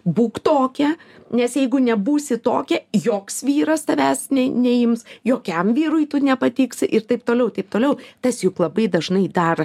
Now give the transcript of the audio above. būk tokia nes jeigu nebūsi tokia joks vyras tavęs nei neims jokiam vyrui tu nepatiks ir taip toliau taip toliau tas juk labai dažnai dar